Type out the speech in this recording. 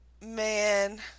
Man